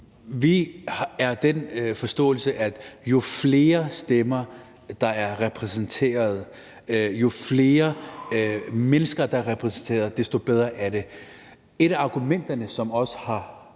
Vi har den forståelse, at jo flere stemmer, der er repræsenteret, jo flere mennesker, der er repræsenteret, desto bedre er det. Men for at svare